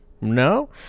No